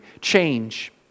Change